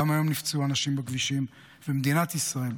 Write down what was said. גם היום נפצעו אנשים בכבישים ומדינת ישראל,